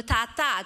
מתעתעת?